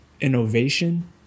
innovation